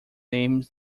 name